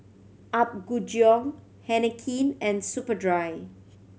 Apgujeong Heinekein and Superdry